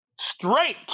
straight